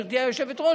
גברתי היושבת-ראש,